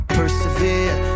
persevere